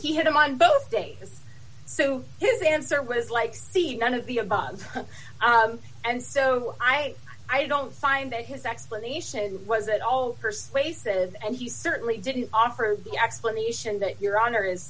he had them on both days so his answer was like see none of the above and so i i don't find that his explanation was at all persuasive and he certainly didn't offer the explanation that your hono